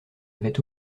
avait